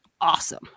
awesome